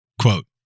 quote